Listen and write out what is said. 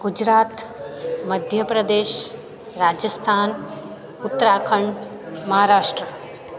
Gujarat Madhya Pradesh Rajasthan Uttarakhand Maharashtra